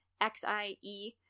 X-I-E